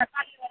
தக்காளி ஒரு